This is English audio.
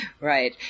Right